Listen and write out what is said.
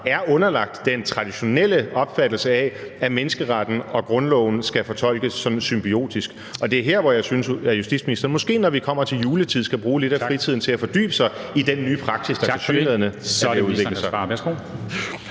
fra, underlagt den traditionelle opfattelse af, at menneskeretten og grundloven skal fortolkes sådan symbiotisk, og det er her, hvor jeg synes, at justitsministeren, måske når vi kommer til juletid, skal bruge lidt af fritiden på at fordybe sig i den nye praksis, der tilsyneladende er ved